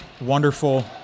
wonderful